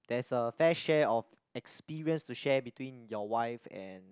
there's a fair share of experience to share between your wife and